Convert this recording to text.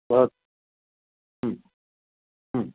भव ह्म् ह्म्